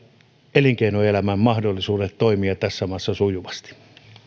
elinkeinoelämän mahdollisuudet toimia tässä maassa sujuvasti